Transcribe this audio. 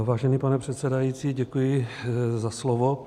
Vážený pane předsedající, děkuji za slovo.